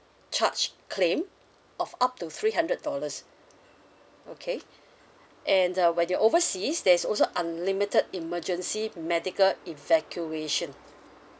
charge claim of up to three hundred dollars okay and uh when you're overseas there's also unlimited emergency medical evacuation